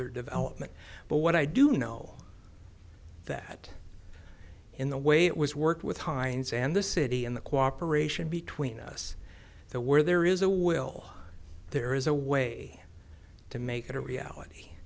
ther development but what i do know that in the way it was worked with hines and the city and the cooperation between us the where there is a will there is a way to make it a reality